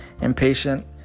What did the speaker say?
impatient